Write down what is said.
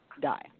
die